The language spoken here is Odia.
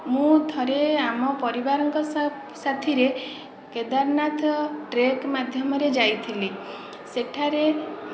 ମୁଁ ଥରେ ଆମ ପରିବାରଙ୍କ ସାଥିରେ କେଦାରନାଥ ଟ୍ରେକ୍ ମାଧ୍ୟମରେ ଯାଇଥିଲି ସେଠାରେ